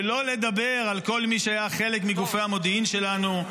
שלא לדבר על כל מי שהיה חלק מגופי המודיעין שלנו,